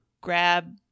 grab